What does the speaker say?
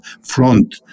front